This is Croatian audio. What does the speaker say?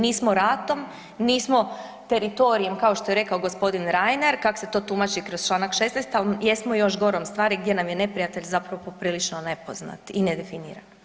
Nismo ratom, nismo teritorijem kao što je rekao gospodin Reiner kako se to tumači kroz članak 16., ali jesmo još gorom stvari gdje nam je neprijatelj zapravo poprilično nepoznat i nedefiniran.